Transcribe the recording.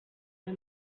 der